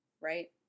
Right